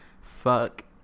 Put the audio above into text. fuck